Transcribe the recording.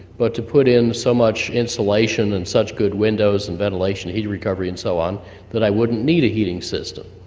but to put in so much insulation and such good windows, and ventilation and heating recovery and so on that i wouldn't need a heating system.